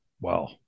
Wow